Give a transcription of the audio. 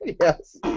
Yes